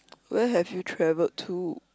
where have you traveled to